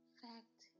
fact